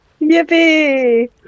Yippee